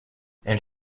elle